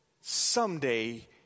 someday